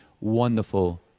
wonderful